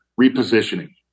repositioning